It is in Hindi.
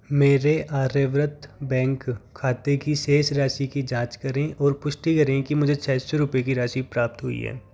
मेरे आर्यव्रत बैंक खाते की शेष राशि की जाँच करें और पुष्टि करें कि मुझे छ सौ रुपये की राशि प्राप्त हुई है